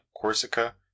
Corsica